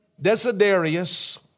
Desiderius